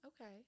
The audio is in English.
Okay